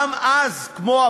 נכון.